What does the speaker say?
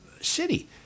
city